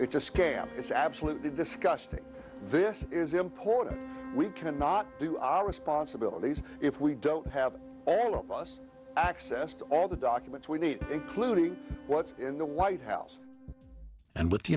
it's a scale it's absolutely disgusting this is important we cannot do our responsibilities if we don't have all of us access to all the documents we need including what's in the white house and with the